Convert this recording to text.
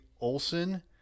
Olson